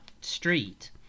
street